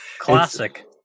classic